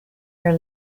your